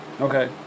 okay